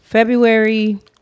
February